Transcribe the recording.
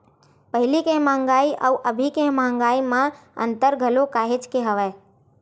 पहिली के मंहगाई अउ अभी के मंहगाई म अंतर घलो काहेच के हवय